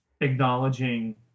acknowledging